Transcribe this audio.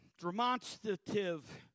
demonstrative